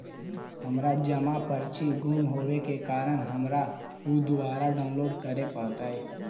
हमर जमा पर्ची गुम होवे के कारण हमारा ऊ दुबारा डाउनलोड करे पड़तई